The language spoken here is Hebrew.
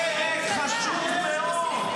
פרק חשוב מאוד.